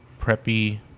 preppy